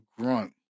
grunt